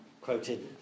quoted